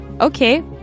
okay